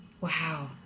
Wow